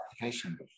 application